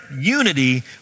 unity